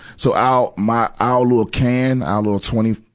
so our, my, our little can, our little twenty,